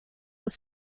was